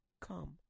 come